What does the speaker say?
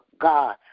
God